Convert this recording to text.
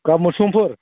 गाबोन समफोर